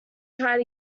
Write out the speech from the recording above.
tried